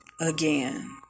Again